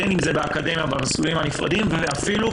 בין אם באקדמיה במסלולים הנפרדים ואפילו,